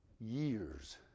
years